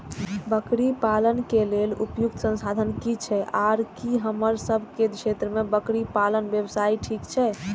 बकरी पालन के लेल उपयुक्त संसाधन की छै आर की हमर सब के क्षेत्र में बकरी पालन व्यवसाय ठीक छै?